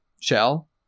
shell